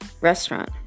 restaurant